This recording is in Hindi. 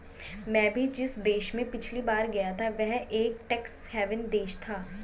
मैं भी जिस देश में पिछली बार गया था वह एक टैक्स हेवन देश था